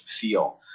feel